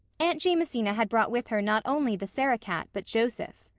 aunt jamesina had brought with her not only the sarah-cat but joseph.